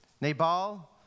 Nabal